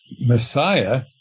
Messiah